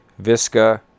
Visca